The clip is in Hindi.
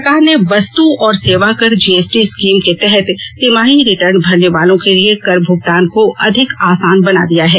सरकार ने वस्तु और सेवाकर जीएसटी स्कीम के तहत तिमाही रिटर्न भरने वालों के लिए कर भुगतान को अधिक आसान बना दिया है